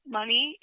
money